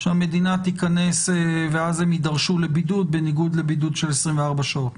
שהמדינה תיכנס ואז הם יידרשו לבידוד בניגוד לבידוד של 24 שעות,